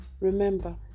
Remember